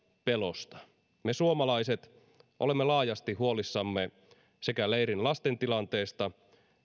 pelosta me suomalaiset olemme laajasti huolissamme sekä leirin lasten tilanteesta